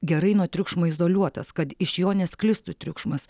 gerai nuo triukšmo izoliuotas kad iš jo nesklistų triukšmas